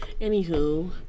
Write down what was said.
Anywho